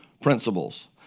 principles